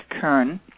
Kern